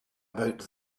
about